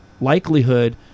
likelihood